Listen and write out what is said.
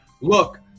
look